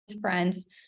friends